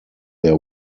their